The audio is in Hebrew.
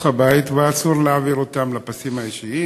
הבית ואסור להעביר אותם לפסים האישיים.